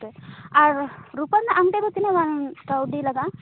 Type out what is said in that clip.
ᱟᱨ ᱨᱩᱯᱟᱹ ᱨᱮᱱᱟᱜ ᱟᱱᱴᱷᱤ ᱠᱚ ᱛᱤᱱᱟᱹᱜ ᱜᱟᱱ ᱠᱟᱹᱣᱰᱤ ᱞᱟᱜᱟᱜᱼᱟ